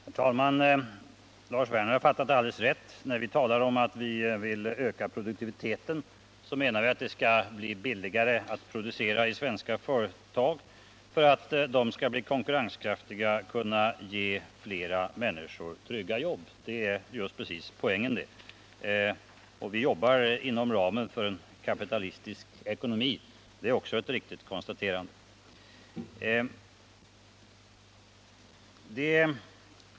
Herr talman! Lars Werner har fattat alldeles rätt. När vi talar om att vi vill öka produktiviteten, menar vi att det skall bli billigare att producera i svenska företag för att de skall bli konkurrenskraftiga och kunna ge flera människor trygga jobb — det är just precis poängen. Och vi jobbar inom ramen för en kapitalistisk ekonomi — det är också ett riktigt konstaterande.